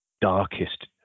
darkest